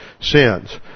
sins